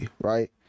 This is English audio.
right